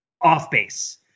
off-base